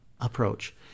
approach